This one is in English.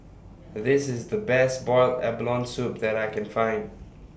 This IS The Best boiled abalone Soup that I Can Find